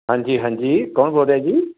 ਹਾਂਜੀ ਹਾਂਜੀ ਕੋਲ ਬੋਲ ਰਿਹਾ ਜੀ